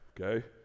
okay